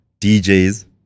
DJs